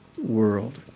world